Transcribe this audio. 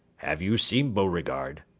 have you seen beauregard?